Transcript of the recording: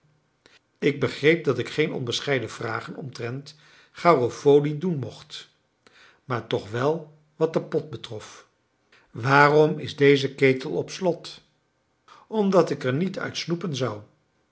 ik begreep dat ik geen onbescheiden vragen omtrent garofoli doen mocht maar toch wel wat den pot betrof waarom is deze ketel op slot omdat ik er niet uit snoepen zou